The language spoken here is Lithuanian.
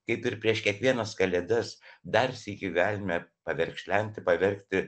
kaip ir prieš kiekvienas kalėdas dar sykį galime paverkšlenti paverkti